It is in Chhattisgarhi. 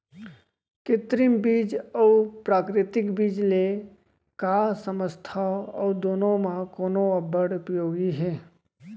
कृत्रिम बीज अऊ प्राकृतिक बीज ले का समझथो अऊ दुनो म कोन अब्बड़ उपयोगी हे?